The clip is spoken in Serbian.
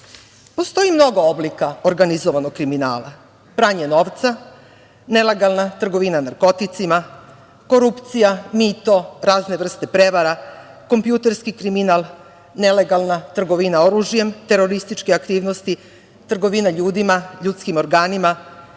razmera. Postoji mnogo oblika organizovanog kriminala: pranje novca, nelegalna trgovina narkoticima, korupcija, mito, razne vrste prevara, kompjuterski kriminal, nelegalna trgovina oružjem, terorističke aktivnosti, trgovina ljudima, ljudskim organima,